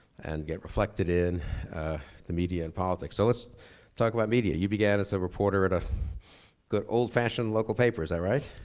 and get reflected in the media and politics. so, let's talk about media. you began as a reporter at a good old fashion local paper, is that right?